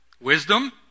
Wisdom